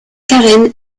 karen